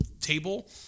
table